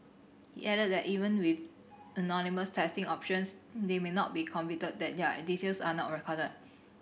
he added that even with anonymous testing options they may not be convinced that their details are not recorded